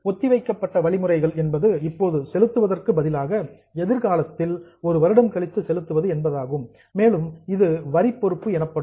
ஒத்திவைக்கப்பட்ட வழிமுறைகள் என்பது இப்போது செலுத்துவதற்கு பதிலாக எதிர் காலத்தில் ஒரு வருடம் கழித்து செலுத்துவது என்பதாகும் மேலும் இது வரி பொறுப்பு எனப்படும்